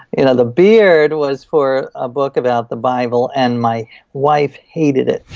you know the beard was for a book about the bible, and my wife hated it.